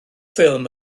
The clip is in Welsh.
ffilm